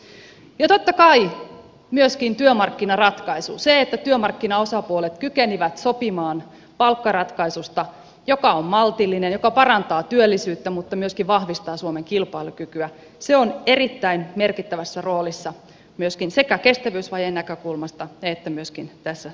ja totta kai myöskin työmarkkinaratkaisu se että työmarkkinaosapuolet kykenivät sopimaan palkkaratkaisusta joka on maltillinen joka parantaa työllisyyttä mutta myöskin vahvistaa suomen kilpailukykyä on erittäin merkittävässä roolissa sekä kestävyysvajeen näkökulmasta että tässä suhdannetilanteessa